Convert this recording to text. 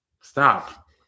stop